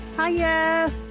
Hiya